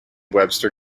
webster